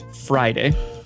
Friday